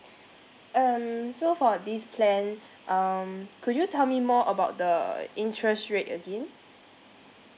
um so for this plan um could you tell me more about the interest rate again